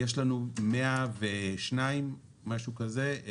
יש לנו 102 משהו כזה.